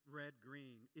red-green